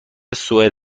سوئد